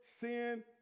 sin